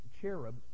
cherub